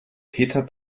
peter